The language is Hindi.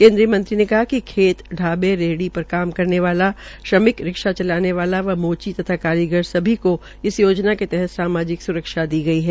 केन्द्रीय मंत्री ने कहा कि खेल ढाबे रहेड़ी पर काम करने वाला श्रमिक रिक्शा चलाने वाला व मोची तथा कारीगार सभी को इस योजना के तहत सामाजिक सुरक्षा दी गई है